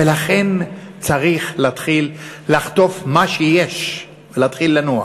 ולכן צריך לחטוף מה שיש ולהתחיל לנוע.